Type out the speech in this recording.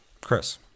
Chris